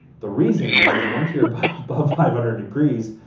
the reason is, is once you're above but five hundred degrees,